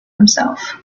himself